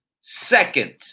Second